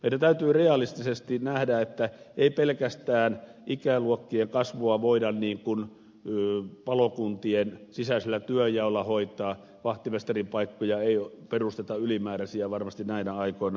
meidän täytyy realistisesti nähdä että ei pelkästään ikääntymisen vaikutuksia voida palokuntien sisäisellä työnjaolla hoitaa vahtimestarin paikkoja ei perusteta ylimääräisiä varmasti näinä aikoina